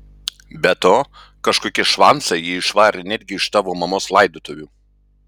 be to kažkokie švancai jį išvarė netgi iš tavo mamos laidotuvių